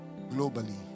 Globally